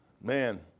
Man